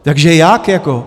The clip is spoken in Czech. Takže jak jako?